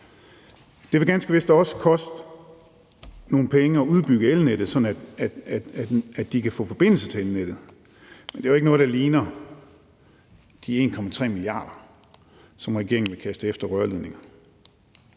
Det vil ganske vist også koste nogle penge at udbygge elnettet, sådan at de kan få forbindelse til elnettet, men det er jo ikke noget, der ligner de 1,3 mia. kr., som regeringen vil kaste efter rørledninger.